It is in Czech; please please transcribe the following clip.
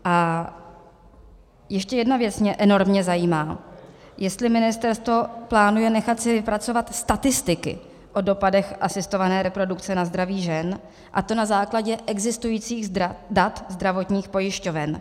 A ještě jedna věc mě enormně zajímá, jestli si ministerstvo plánuje nechat vypracovat statistiky o dopadech asistované reprodukce na zdraví žen, a to na základě existujících dat zdravotních pojišťoven.